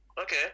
okay